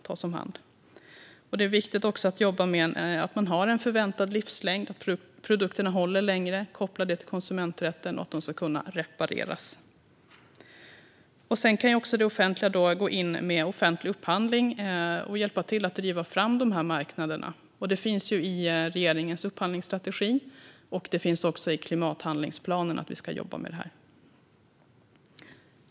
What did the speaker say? Det är också viktigt att produkterna har en förväntad livslängd som innebär att de håller längre, att man kopplar det till konsumenträtten och att de ska kunna repareras. Det offentliga kan också gå in med upphandling och hjälpa till att driva fram dessa marknader. Det finns i regeringens upphandlingsstrategi, och det finns också i klimathandlingsplanen att vi ska jobba med detta.